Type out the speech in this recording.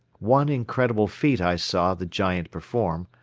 one incredible feat i saw the giant perform,